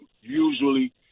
usually